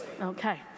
Okay